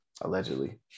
allegedly